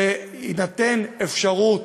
שתינתן אפשרות